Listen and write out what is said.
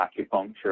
acupuncture